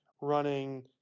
running